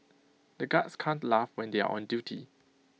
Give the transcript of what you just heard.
the guards can't laugh when they are on duty